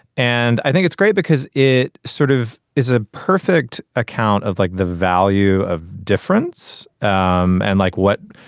and i think it's great because it sort of is a perfect account of like the value of difference um and like what.